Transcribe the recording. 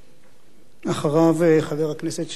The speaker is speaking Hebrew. אחריו, חבר הכנסת שלמה מולה.